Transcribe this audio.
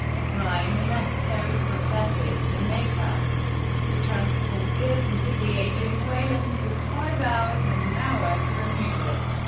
applying the necessary prosthetics and make-up to transform pearce into the aging weyland took five hours, and an hour to remove it.